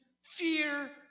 fear